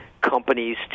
companies